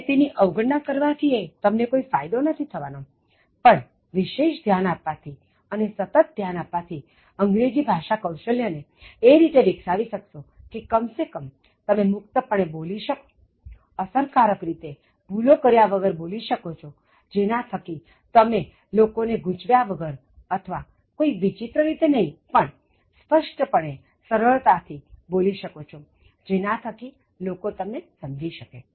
અને તેની અવગણના કરવાથી તમને કોઈ ફાયદો નથી થવાનો પણ વિશેષ ધ્યાન આપવાથી અને સતત ધ્યાન આપવા થી અંગ્રેજી ભાષા કૌશલ્ય ને એ રીતે વિકસાવી શકશો કે કમસેકમ તમે મુક્ત પણે બોલી શકો અસરકારક રીતે ભૂલો કર્યા વગર બોલી શકો છો જેના થકી તમે લોકો ને ગૂંચવ્યા વગર અથવા તમે કોઈ વિચિત્ર રીતે નહી પણ સ્પષ્ટપણે સરળતાથી બોલી શકો છો જેના થકી લોકો તમને સમજી શકે